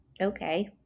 Okay